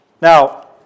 Now